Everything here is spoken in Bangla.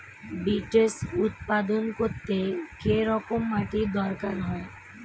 বিটস্ উৎপাদন করতে কেরম মাটির দরকার হয়?